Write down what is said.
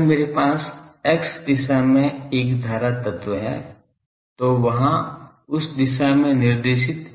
अगर मेरे पास x दिशा में एक धारा तत्व है तो वहां उस दिशा में निर्देशित